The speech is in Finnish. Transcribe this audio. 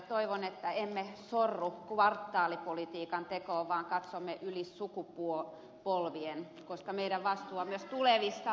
toivon että emme sorru kvartaalipolitiikan tekoon vaan katsomme yli sukupolvien koska meidän vastuumme on myös tulevista lapsista